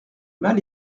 mal